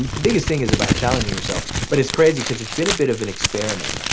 the biggest thing is about challenging yourself. but it's crazy cause it's been a bit of an experiment.